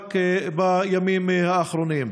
רק בימים האחרונים.